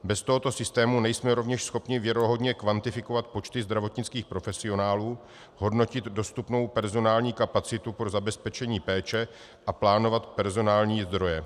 Bez tohoto systému nejsme rovněž schopni věrohodně kvantifikovat počty zdravotnických profesionálů, hodnotit dostupnou personální kapacitu pro zabezpečení péče a plánovat personální zdroje.